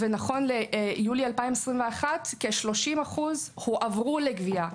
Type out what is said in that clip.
נכון ליולי 2021 כ-30% הועברו לגבייה.